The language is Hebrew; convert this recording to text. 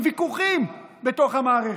עם ויכוחים בתוך המערכת.